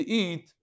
eat